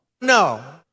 No